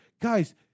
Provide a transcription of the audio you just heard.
Guys